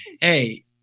Hey